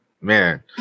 man